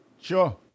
Sure